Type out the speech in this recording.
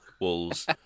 Wolves